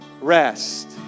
rest